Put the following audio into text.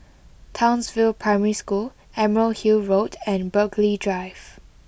Townsville Primary School Emerald Hill Road and Burghley Drive